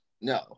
No